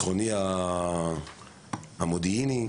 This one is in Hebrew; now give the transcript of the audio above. והבטחוני-מודיעיני,